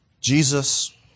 Jesus